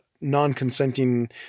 non-consenting